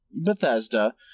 Bethesda